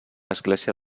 església